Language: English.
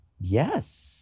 yes